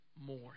more